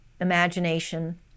imagination